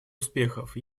успехов